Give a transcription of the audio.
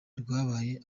rwabaye